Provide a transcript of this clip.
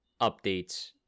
updates